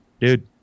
dude